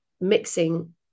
mixing